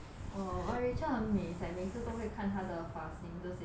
!wah! rachel it's like 每次都会看她的发型这些